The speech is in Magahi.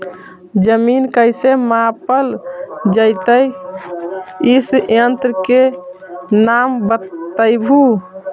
जमीन कैसे मापल जयतय इस यन्त्र के नाम बतयबु?